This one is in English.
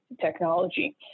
technology